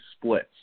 splits